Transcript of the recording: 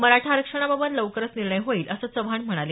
मराठा आरक्षणाबाबत लवकरच निर्णय होईल असं चव्हाण म्हणाले